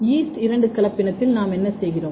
east இரண்டு கலப்பினத்தில் நாம் என்ன செய்கிறோம்